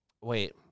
Wait